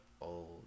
old